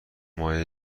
مایع